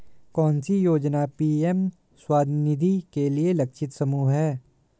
कौन सी योजना पी.एम स्वानिधि के लिए लक्षित समूह है?